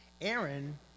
Aaron